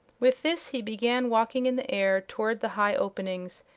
with this he began walking in the air toward the high openings,